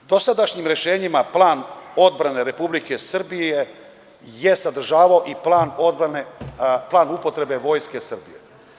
Dosadašnjim rešenjima plan odbrane Republike Srbije je sadržavao i plan odbrane, plan upotrebe Vojske Srbije.